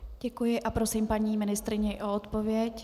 Děkuji a prosím paní ministryni o odpověď.